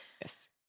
Yes